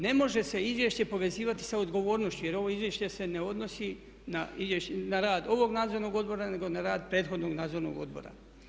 Ne može se izvješće povezivati sa odgovornošću jer ovo izvješće se ne odnosi na rad ovog nadzornog odbora nego na rad prethodnog nadzornog odbora.